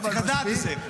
צריך לדעת את זה.